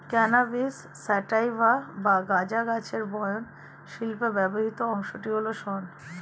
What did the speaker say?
cannabis sativa বা গাঁজা গাছের বয়ন শিল্পে ব্যবহৃত অংশটি হল শন